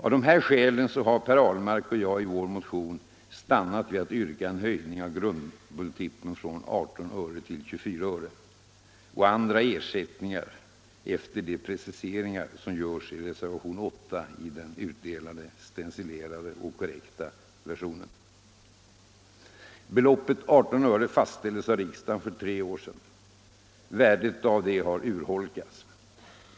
Av dessa skäl har herr Ahlmark och jag i vår motion stannat vid att yrka en höjning av grundmultipeln från 18 öre till 24 öre — och andra ersättningar efter de preciseringar som görs i reservationen 8 i den utdelade, stencilerade korrekta versionen. detta har urholkats.